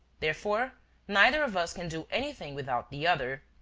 therefore neither of us can do anything without the other.